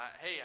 hey